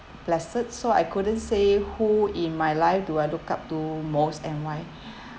blessed so I couldn't say who in my life do I look up to most and why